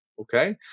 okay